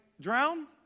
drown